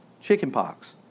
chickenpox